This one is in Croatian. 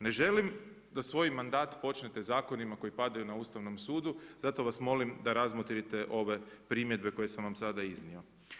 Ne želim da svoj mandat počnete zakonima koji padaju na Ustavnom sudu zato vas molim da razmotrite ove primjedbe koje sam vam sada iznio.